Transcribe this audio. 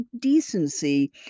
decency